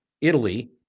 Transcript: Italy